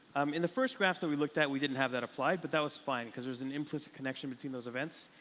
um in the first graphs that we looked at we didn't have that applied but that was fine because there is an implicit connection between those events.